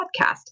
podcast